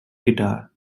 guitar